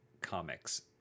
comics